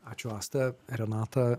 ačiū asta renata